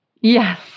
Yes